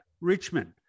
Richmond